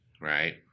right